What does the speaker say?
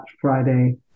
Friday